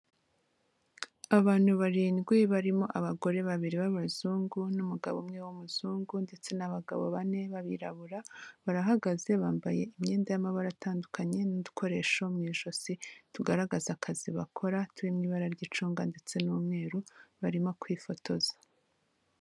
Abantu barindwi barimo abagore babiri b'abazungu n'umugabo umwe w'umuzungu ndetse n'abagabo bane b'abirabura, barahagaze, bambaye imyenda y'amabara atandukanye n'udukoresho mu ijosi tugaragaza akazi bakora turi mu ibara ry'icunga ndetse n'umweru, barimo kwifotoza.